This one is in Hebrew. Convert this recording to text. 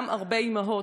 גם הרבה אימהות.